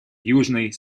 южный